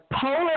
polar